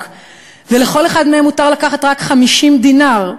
ולכל אחד מהם מותר לקחת רק 50 דינר,